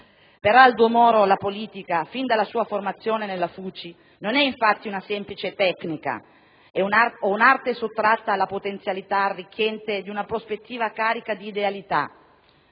Per Aldo Moro la politica, fin dalla sua formazione nella FUCI, non è infatti una semplice tecnica o un'arte sottratta alla potenzialità arricchente di una prospettiva carica di idealità.